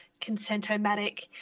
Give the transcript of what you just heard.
Consentomatic